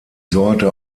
sorte